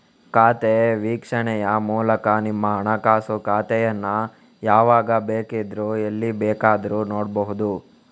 ಖಾತೆ ವೀಕ್ಷಣೆಯ ಮೂಲಕ ನಿಮ್ಮ ಹಣಕಾಸು ಖಾತೆಯನ್ನ ಯಾವಾಗ ಬೇಕಿದ್ರೂ ಎಲ್ಲಿ ಬೇಕಾದ್ರೂ ನೋಡ್ಬಹುದು